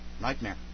nightmare